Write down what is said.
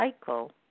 cycle